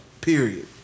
Period